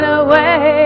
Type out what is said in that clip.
away